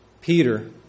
Peter